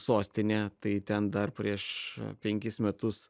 sostinė tai ten dar prieš penkis metus